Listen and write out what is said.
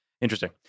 interesting